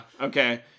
Okay